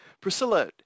Priscilla